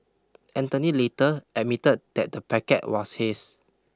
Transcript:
Anthony later admitted that the packet was his